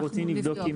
אנחנו רוצים לבדוק.